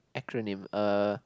acronym uh